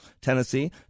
Tennessee